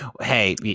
hey